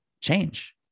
change